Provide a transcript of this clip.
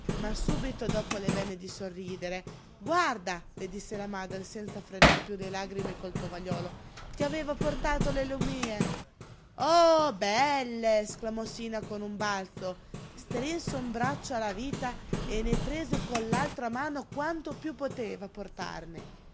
ma subito dopo le venne di sorridere guarda le disse la madre senza frenar piú le lagrime col tovagliolo ti aveva portato le lumíe oh belle esclamò sina con un balzo strinse un braccio alla vita e ne prese con l'altra mano quanto piú poteva portarne